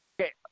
Okay